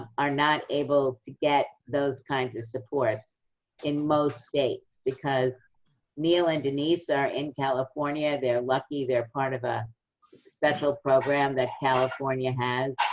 are not able to get those kinds of supports in most states, because neil and denise are in california, they're lucky they're part of a special program that california has,